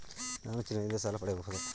ನಾನು ಚಿನ್ನದಿಂದ ಸಾಲ ಪಡೆಯಬಹುದೇ?